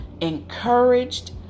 encouraged